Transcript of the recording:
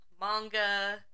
manga